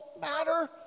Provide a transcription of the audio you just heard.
matter